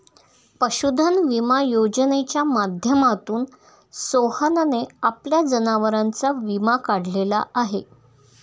पशुधन विमा योजनेच्या माध्यमातून सोहनने आपल्या जनावरांचा विमा काढलेला आहे